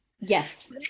yes